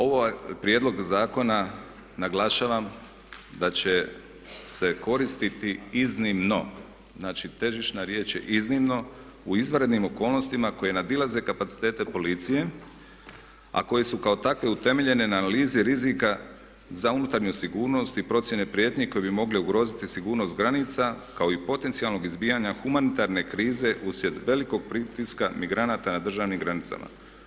Ovaj prijedlog zakona naglašavam da će se koristiti iznimno, znači težišna riječ je iznimno, u izvanrednim okolnostima koje nadilaze kapacitete policije, a koji su kao takve utemeljene na analizi rizika za unutarnju sigurnost i procjene prijetnji koje bi mogle ugroziti sigurnost granica kao i potencijalnog izbijanja humanitarne krize uslijed velikog pritiska migranata na državnim granicama.